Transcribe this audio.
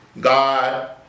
God